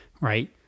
right